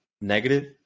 negative